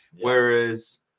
Whereas